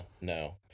no